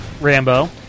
Rambo